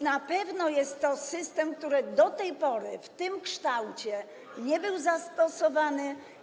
Na pewno jest to system, który do tej pory w tym kształcie nie był zastosowany.